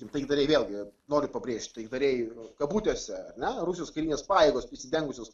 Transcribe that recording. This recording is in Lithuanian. taikdariai vėlgi noriu pabrėžt taikdariai kabutėse ar ne rusijos karinės pajėgos prisidengusios